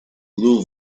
blue